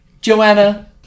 Joanna